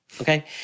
okay